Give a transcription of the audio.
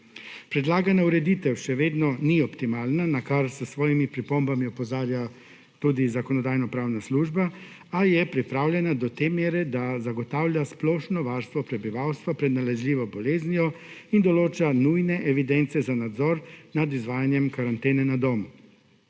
Predlagana ureditev še vedno ni optimalna, na kar s svojimi pripombami opozarja tudi Zakonodajno-pravna služba, a je pripravljena do te mere, da zagotavlja splošno varstvo prebivalstva pred nalezljivo boleznijo in določa nujne evidence za nadzor nad izvajanjem karantene na domu.